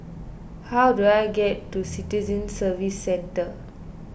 how do I get to Citizen Services Centre